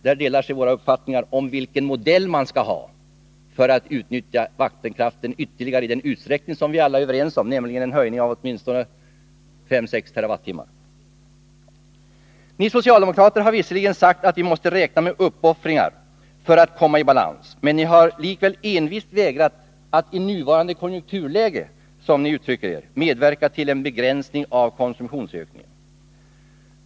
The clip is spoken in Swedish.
Där delar sig våra uppfattningar om vilken modell man skall ha för att utnyttja vattenkraften ytterligare i den utsträckning som vi alla är överens om, nämligen en höjning med 3—4 TWh. Ni socialdemokrater har visserligen sagt att vi måste räkna med uppoffringar för att komma i balans. Men ni har likväl envist vägrat att i nuvarande konjunkturläge — som ni uttrycker er — medverka till en begränsning av konsumtionsökningen.